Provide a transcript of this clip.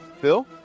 Phil